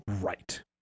right